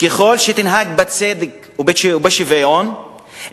ככל שתנהג בצדק ובשוויון,